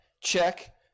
check